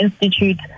institute